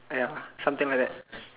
uh ya something like that